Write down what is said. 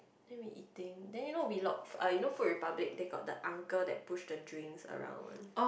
then we eating then you know Wheelock you know Food Republic they got the uncle that push the drinks around one